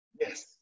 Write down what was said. Yes